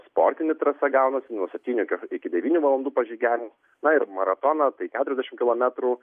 sportinė trąsa gaunasi nuo septynių iki devynių valandų pažygiavimas na ir maratoną tai keturiasdešim kilometrų